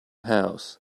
house